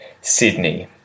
Sydney